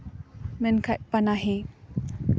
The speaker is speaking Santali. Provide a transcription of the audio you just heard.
ᱢᱮᱱᱠᱷᱟᱡ ᱯᱟᱱᱟᱦᱤ